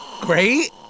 Great